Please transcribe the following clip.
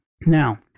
now